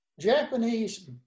Japanese